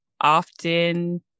often